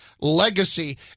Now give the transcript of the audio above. legacy